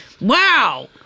Wow